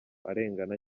arengana